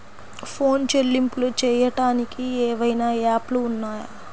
Phone చెల్లింపులు చెయ్యటానికి ఏవైనా యాప్లు ఉన్నాయా?